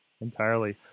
entirely